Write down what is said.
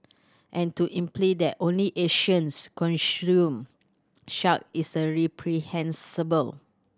and to imply that only Asians consume shark is a reprehensible